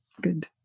good